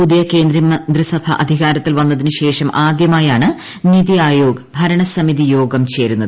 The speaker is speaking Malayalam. പുതിയു കേന്ദ്രമന്ത്രിസഭ അധികാരത്തിൽ വന്നതിനുശേഷം ആദ്യമായാണു നിതി ആയോഗ് ഭരണസമിതി യോഗം ചേരുന്നത്